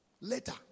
Later